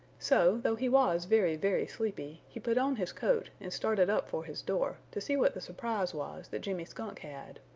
so though he was very, very sleepy, he put on his coat and started up for his door to see what the surprise was that jimmy skunk had.